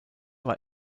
war